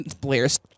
Blair's